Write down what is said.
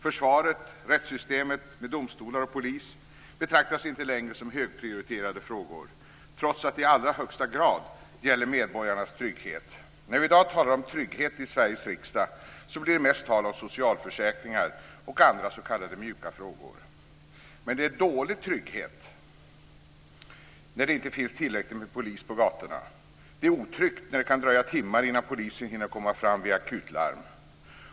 Försvaret och rättssystemet med domstolar och polis betraktas inte längre som högprioriterade frågor, trots att de i allra högsta grad gäller medborgarnas trygghet. När vi i dag talar om trygghet i Sveriges riksdag blir det mest tal om socialförsäkringar och andra s.k. mjuka frågor. Men det är en dålig trygghet när det inte finns tillräckligt med polis på gatorna. Det är otryggt när det kan dröja timmar innan polisen hinner komma fram vid akutlarm.